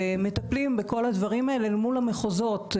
ומטפלים בכל הדברים האלה אל מול המחוזות,